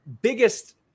biggest